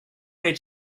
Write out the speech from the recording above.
way